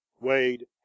Wade